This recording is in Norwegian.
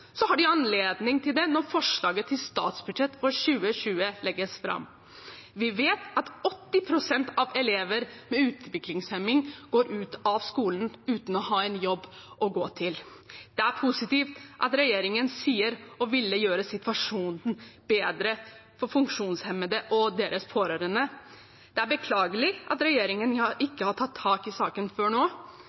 har de anledning til det når forslaget til statsbudsjett for 2020 legges fram. Vi vet at 80 pst. av elevene med utviklingshemming går ut av skolen uten å ha en jobb å gå til. Det er positivt at regjeringen sier at de vil gjøre situasjonen bedre for funksjonshemmede og deres pårørende, men det er beklagelig at regjeringen ikke har tatt tak i saken før nå.